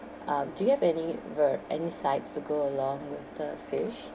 um do you have any ve~ any sides to go along with the fish